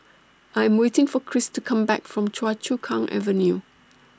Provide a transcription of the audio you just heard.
I Am waiting For Kris to Come Back from Choa Chu Kang Avenue